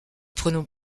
prenons